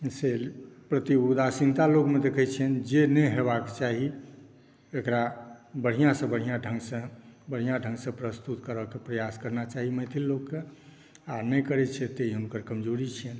से प्रति उदासीनता लोकमे देख़ै छियनि जे नहि हेबाक चाही एक़रा बढ़िआँसॅं बढ़िआँ ढंगसे बढ़िआँ ढंगसे प्रस्तुत करयके प्रयास करना चाही मैथिल लोकके आओर नहि करै छै तऽ ई हुनकर कमजोरी छियन